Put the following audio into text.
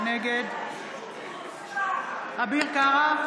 נגד אביר קארה,